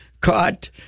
caught